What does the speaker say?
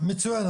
מצוין,